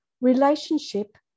Relationship